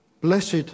Blessed